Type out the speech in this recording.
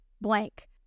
blank